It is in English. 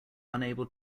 unable